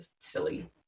silly